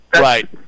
right